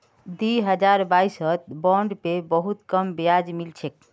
दी हजार बाईसत बॉन्ड पे बहुत कम ब्याज मिल छेक